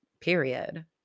Period